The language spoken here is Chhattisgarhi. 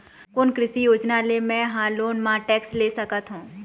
कोन कृषि योजना ले मैं हा लोन मा टेक्टर ले सकथों?